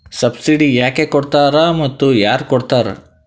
Subsidy ಯಾಕೆ ಕೊಡ್ತಾರ ಮತ್ತು ಯಾರ್ ಕೊಡ್ತಾರ್?